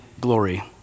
glory